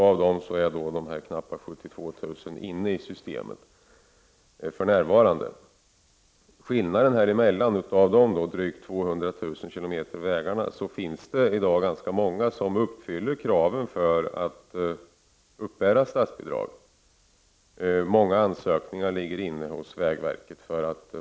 Av dem är knappa 72000 km med i systemet för närvarande. Av mellanskillnaden på drygt 200000 km vägar finns det i dag ganska många som uppfyller kraven för att uppbära statsbidrag. Många ansökningar finns hos vägverket.